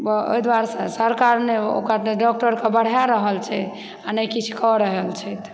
ओहि दुआरे सरकार नहि ओकर डॉक्टरके बढ़ा रहल छै आ नहि किछु कऽ रहल छथि